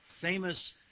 famous